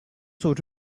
sort